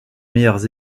meilleures